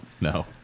No